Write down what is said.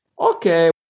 okay